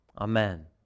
amen